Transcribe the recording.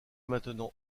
maintenant